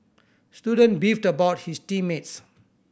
the student beefed about his team mates